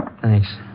Thanks